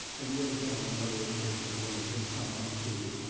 and yet again, on another educational journey, this time up to